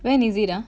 when is it ah